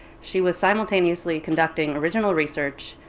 she was simultaneously conducting original research,